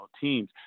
teams